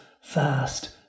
fast